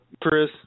Chris